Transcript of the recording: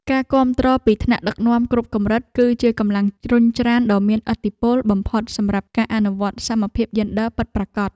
ការគាំទ្រពីថ្នាក់ដឹកនាំគ្រប់កម្រិត គឺជាកម្លាំងរុញច្រានដ៏មានឥទ្ធិពលបំផុតសម្រាប់ការអនុវត្តសមភាពយេនឌ័រពិតប្រាកដ។